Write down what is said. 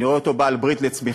אני רואה אותו בעל-ברית לצמיחה,